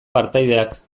partaideak